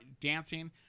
dancing